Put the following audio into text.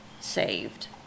saved